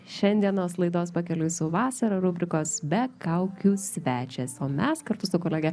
šiandienos laidos pakeliui su vasara rubrikos be kaukių svečias o mes kartu su kolege